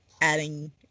adding